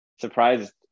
surprised